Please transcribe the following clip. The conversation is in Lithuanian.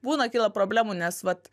būna kyla problemų nes vat